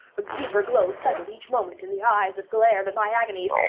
a deeper glow settled each moment in the eyes that glared at my agonies!